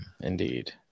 Indeed